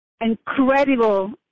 incredible